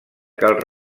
cal